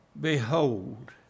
Behold